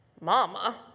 mama